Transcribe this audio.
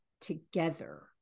together